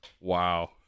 Wow